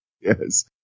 Yes